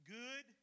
good